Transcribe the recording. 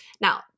Now